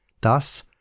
Thus